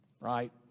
right